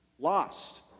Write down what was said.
lost